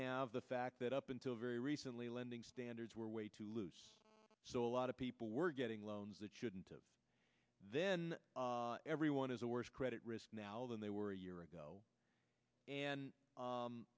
have the fact that up until very recently lending standards were way too loose so a lot of people were getting loans that shouldn't then everyone is a worse credit risk now than they were a year ago and